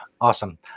Awesome